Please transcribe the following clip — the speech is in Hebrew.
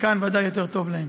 שכאן ודאי יותר טוב להם.